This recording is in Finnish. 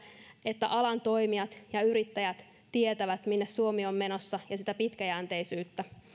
että alan toimijat ja yrittäjät tietävät minne suomi on menossa ja sitä pitkäjänteisyyttä